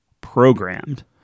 programmed